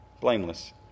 blameless